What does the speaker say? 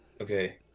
okay